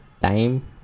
time